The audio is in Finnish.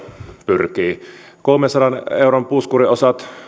pyrkii kolmensadan euron puskuriosat